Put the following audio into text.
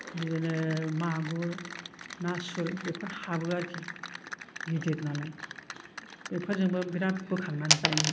बिदिनो मागुर ना सुल बेफोर हाबो आरोखि गिदिर नालाय बेफोरजों बो बिराथ बोखांनानै जायोमोन